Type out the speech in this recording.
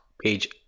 page